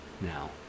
now